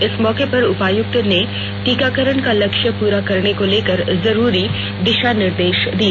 इस मौके पर उपायुक्त ने टीकाकरण का लक्ष्य पुरा करने को लेकर जरूरी दिशा निर्देश दिए